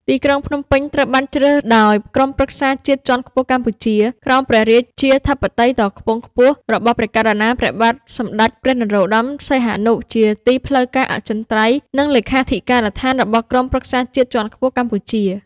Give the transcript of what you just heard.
ទីក្រុង ភ្នំពេញត្រូវបានជ្រើសដោយក្រុមប្រឹក្សាជាតិជាន់ខ្ពស់កម្ពុជា ក្រោមព្រះរាជាធិបតីដ៏ខ្ពង់ ខ្ពស់របស់ព្រះករុណាព្រះបាទសម្តេចព្រះនរោត្តម សីហនុ ជាទីផ្លូវការអចិន្ត្រៃយ៍ និងលេខាធិ ការដ្ឋានរបស់ក្រុមប្រឹក្សាជាតិជាន់ខ្ពស់កម្ពុជា។